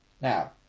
Now